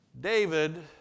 David